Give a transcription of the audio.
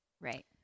right